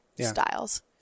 styles